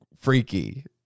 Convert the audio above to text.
freaky